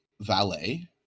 valet